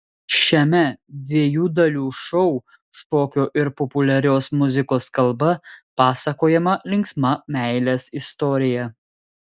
šiame dviejų dalių šou šokio ir populiarios muzikos kalba pasakojama linksma meilės istorija